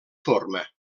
forma